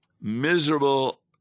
miserable